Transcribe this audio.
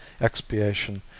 expiation